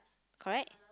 correct